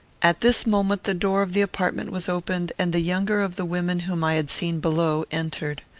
at this moment the door of the apartment was opened, and the younger of the women whom i had seen below entered.